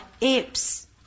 Apes